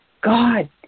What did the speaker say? God